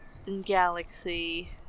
Galaxy